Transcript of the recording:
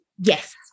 Yes